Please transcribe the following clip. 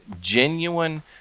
genuine